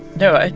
no, ah